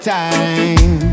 time